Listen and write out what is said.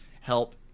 help